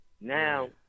Now